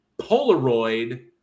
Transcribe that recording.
Polaroid